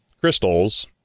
crystals